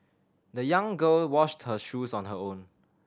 the young girl washed her shoes on her own